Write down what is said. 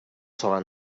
sola